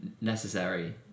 necessary